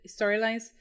storylines